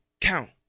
count